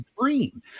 dream